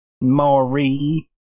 Maury